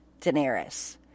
Daenerys